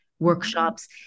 workshops